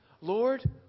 Lord